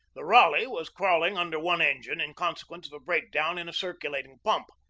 the raleigh was crawling under one engine in consequence of a break-down in a cir culating pump.